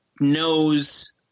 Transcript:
knows –